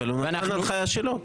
אבל הוא נתן הנחיה שלו.